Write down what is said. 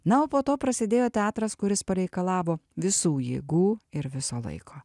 na o po to prasidėjo teatras kuris pareikalavo visų jėgų ir viso laiko